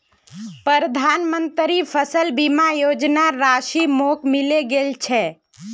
प्रधानमंत्री फसल बीमा योजनार राशि मोक मिले गेल छै